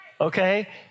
Okay